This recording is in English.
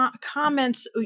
comments